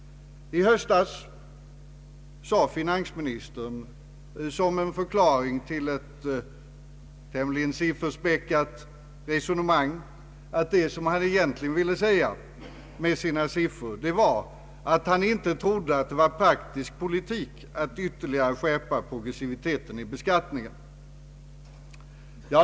I höstas sade finansministern som en förklaring till ett tämligen sifferspäckat resonemang, att det han egentligen ville säga med sina siffror var att han inte trodde att det var praktisk politik att ytterligare skärpa progressiviteten i beskattningen.